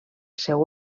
seu